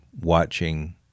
watching